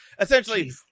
essentially